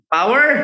Power